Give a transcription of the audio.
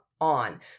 on